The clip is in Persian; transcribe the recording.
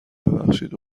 ببخشید